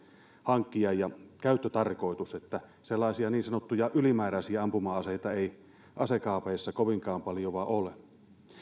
hankkia ja pitää olla käyttötarkoitus sellaisia niin sanottuja ylimääräisiä ampuma aseita ei asekaapeissa kovinkaan paljoa ole